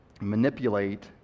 manipulate